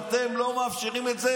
ואתם לא מאפשרים את זה,